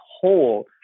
whole